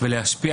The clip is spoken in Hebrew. ולהשפיע